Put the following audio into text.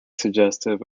suggestive